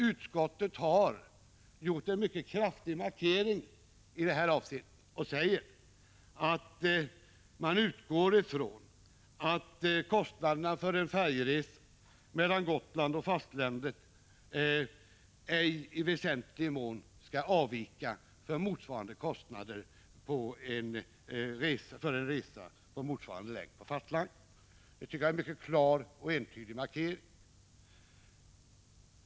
Utskottet har också gjort en mycket kraftig markering och skriver att det utgår ifrån att kostnaderna för färjeresa mellan Gotland och fastlandet ej i väsentlig mån skall avvika från motsvarande kostnader för resa av motsvarande längd på fastlandet. Jag tycker att detta är en mycket klar och entydig markering.